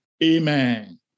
Amen